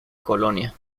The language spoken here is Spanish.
colonia